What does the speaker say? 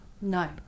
No